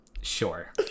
sure